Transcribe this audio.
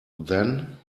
then